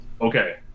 Okay